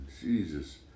Jesus